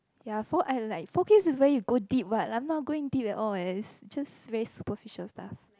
ya four I like four k is very where you go deep [what] I'm not going deep at all eh just very superficial stuff